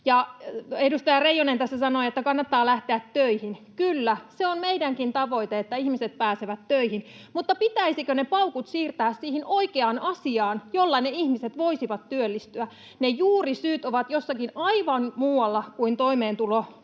edustaja Reijonen tässä sanoi, että kannattaa lähteä töihin. Kyllä, se on meidänkin tavoitteemme, että ihmiset pääsevät töihin, mutta pitäisikö ne paukut siirtää siihen oikeaan asiaan, jolla ne ihmiset voisivat työllistyä? Ne juurisyyt ovat jossakin aivan muualla kuin toimeentulotuessa